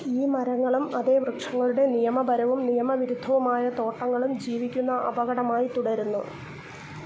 ഈ മരങ്ങളും അതേ വൃക്ഷങ്ങളുടെ നിയമപരവും നിയമ വിരുദ്ധവുമായ തോട്ടങ്ങളും ജീവിക്കുന്ന അപകടമായി തുടരുന്നു